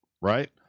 Right